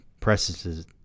presses